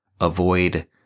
avoid